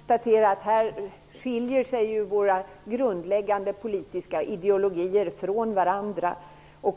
Herr talman! Jag kan konstatera att våra grundläggande politiska ideologier här skiljer sig från varandra.